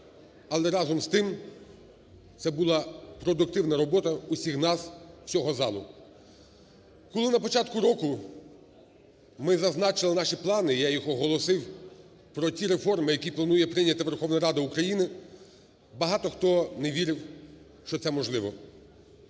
але, разом з тим, це була продуктивна робота усіх нас, всього залу. Коли на початку року ми зазначили наші плани, я їх оголосив, про ті реформи, які планує прийняти Верховна Рада України, багато хто не вірив, що це можливо.